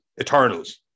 Eternals